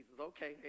Okay